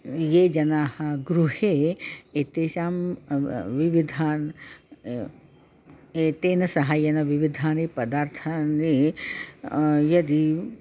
ये जनाः गृहे एतेषां विविधाः एतेन साहाय्येन विविधाः पदार्थाः यदि